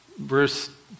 Verse